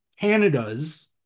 Canada's